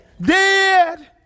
Dead